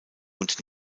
und